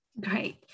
Great